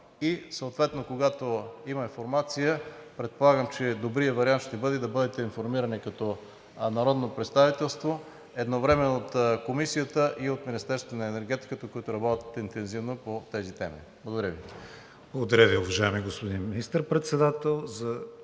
и съответно когато имаме информация, предполагам, че добрият вариант ще бъде да бъдете информирани като народно представителство едновременно от Комисията и от Министерството на енергетиката, които работят интензивно по тези теми. Благодаря Ви. ПРЕДСЕДАТЕЛ КРИСТИАН ВИГЕНИН: Благодаря Ви, уважаеми господин Министър-председател.